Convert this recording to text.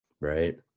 right